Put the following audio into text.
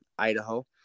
idaho